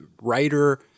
writer